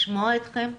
לשמוע אתכם,